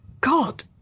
God